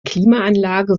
klimaanlage